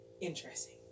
interesting